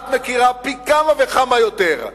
את מכירה פי כמה וכמה יותר.